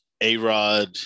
A-Rod